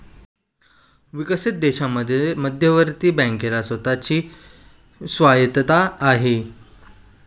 विकसित देशांमध्ये मध्यवर्ती बँकेला स्वतः ची स्वायत्तता आहे